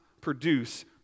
produce